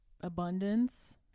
abundance